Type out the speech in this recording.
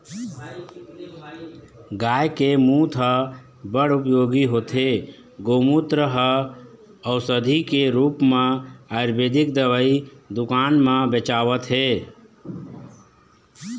गाय के मूत ह बड़ उपयोगी होथे, गोमूत्र ह अउसधी के रुप म आयुरबेदिक दवई दुकान म बेचावत हे